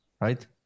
right